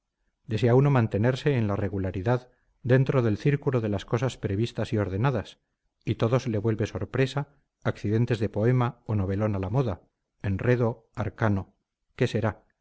desea uno mantenerse en la regularidad dentro del círculo de las cosas previstas y ordenadas y todo se le vuelve sorpresa accidentes de poema o novelón a la moda enredo arcano qué será